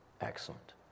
excellent